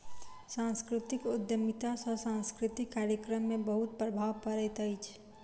सांस्कृतिक उद्यमिता सॅ सांस्कृतिक कार्यक्रम में बहुत प्रभाव पड़ैत अछि